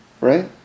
Right